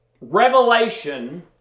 revelation